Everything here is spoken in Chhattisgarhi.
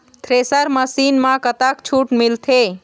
थ्रेसर मशीन म कतक छूट मिलथे?